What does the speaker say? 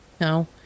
No